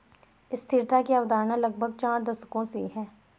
स्थिरता की अवधारणा लगभग चार दशकों से है